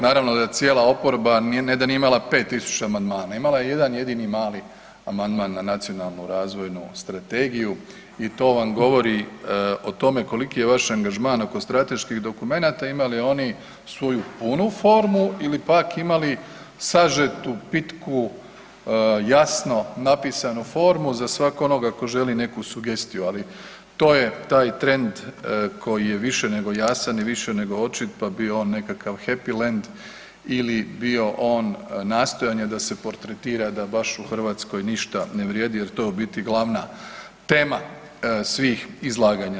Naravno da cijela oporba ne da nije imala 5.000 amandmana, imala je jedan jedini mali amandman na Nacionalnu razvojnu strategiju i to vam govori o tome koliki je vaš angažman nakon strateških dokumenata imali oni svoju punu formu ili pak imali sažetu, pitku, jasno napisanu formu za svak onoga ko želi neku sugestiju, ali to je taj trend koji je više nego jasan i više nego očito, pa bio on nekakav happy land ili bio on nastojanje da se portretira da baš u Hrvatskoj ništa ne vrijedi jer to je u biti glavna tema svih izlaganja.